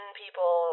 people